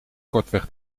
kortweg